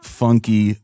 funky